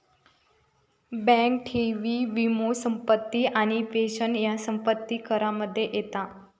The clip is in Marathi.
बँक ठेवी, वीमो, संपत्ती आणि पेंशन ह्या संपत्ती करामध्ये येता